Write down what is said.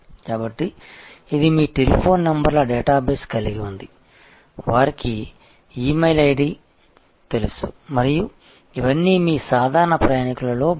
కాబట్టి ఇది మీ టెలిఫోన్ నంబర్ల డేటాబేస్ కలిగి ఉంది వారికి మీ E mail id email ID తెలుసు మరియు ఇవన్నీ మీ సాధారణ ప్రయాణికులలో భాగం